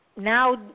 now